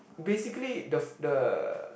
basically the the